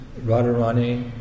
Radharani